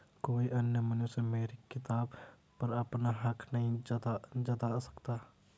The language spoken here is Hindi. कोई अन्य मनुष्य मेरी किताब पर अपना हक नहीं जता सकता